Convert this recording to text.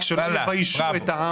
רק שלא יביישו את העם הזה.